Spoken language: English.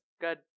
Good